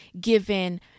given